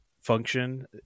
function